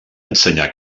ensenyar